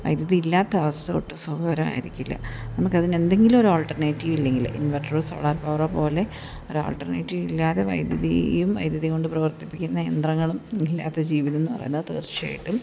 വൈദ്യുതി ഇല്ലാത്ത അവസ്ഥ ഒട്ടും സുഖകരമായിരിക്കില്ല നമുക്ക് അതിന് എന്തെങ്കിലും ഒരു ആൾട്ടർനേറ്റീവ് ഇല്ലെങ്കിൽ ഇൻവെർട്ടറോ സോളർ പവറോ പോലെ ഒരു ആൾട്ടർനേറ്റീവ് ഇല്ലാതെ വൈദ്യുതിയും വൈദ്യുതി കൊണ്ട് പ്രവർത്തിപ്പിക്കുന്ന യന്ത്രങ്ങളും ഇല്ലാത്ത ജീവിതം എന്നു പറയുന്നത് തീർച്ചയായിട്ടും